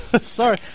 Sorry